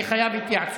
אני חייב התייעצות.